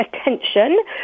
attention